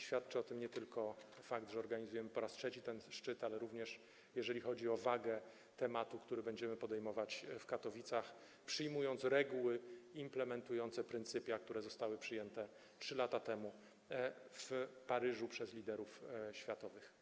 Świadczy o tym nie tylko fakt, że organizujemy po raz trzeci ten szczyt, ale również waga tematu, który będziemy podejmować w Katowicach, przyjmując reguły implementujące pryncypia, które zostały przyjęte 3 lata temu w Paryżu przez liderów światowych.